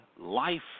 life